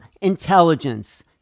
intelligence